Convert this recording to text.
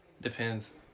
depends